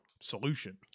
solution